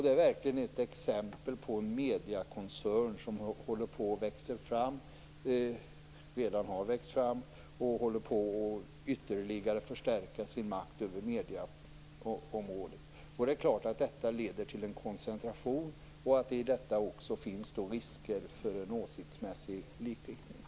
Det är verkligen ett exempel på en mediekoncern som har växt fram och som håller på att ytterligare förstärka sin makt över medieområdet. Det är klart att detta leder till en koncentration och att det i detta också finns risker för en åsiktsmässig likriktning.